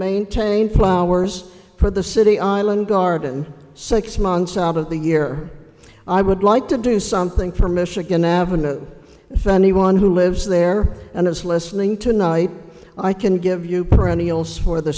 maintain flowers for the city island garden six months out of the year i would like to do something for michigan avenue for anyone who lives there and is listening tonight i can give you perennials for the